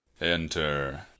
Enter